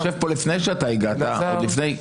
אני יושב פה לפני שאתה הגעת, עוד לפני.